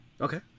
Okay